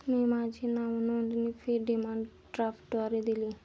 मी माझी नावनोंदणी fee demand ड्राफ्टद्वारे दिली